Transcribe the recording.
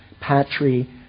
Patri